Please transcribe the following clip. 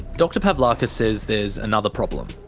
dr pavlakis says there's another problem.